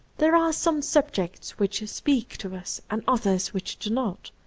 there are some subjects which speak to us, and others which do not,